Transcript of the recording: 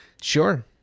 Sure